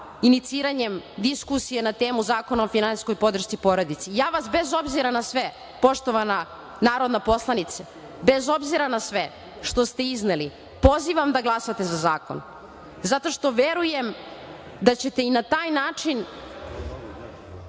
iniciranjem diskusije na temu Zakona o finansijskoj podršci porodici. Ja vas bez obzira na sve, poštovana narodna poslanice, bez obzira na sve što ste izneli, pozivam da glasate za zakon, zato što verujem da ćete i na taj način